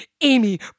Amy